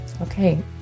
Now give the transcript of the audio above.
Okay